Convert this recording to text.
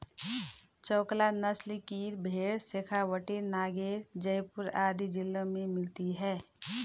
चोकला नस्ल की भेंड़ शेखावटी, नागैर, जयपुर आदि जिलों में मिलती हैं